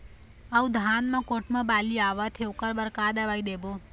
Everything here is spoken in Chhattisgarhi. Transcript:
अऊ धान म कोमटो बाली आवत हे ओकर बर का दवई देबो?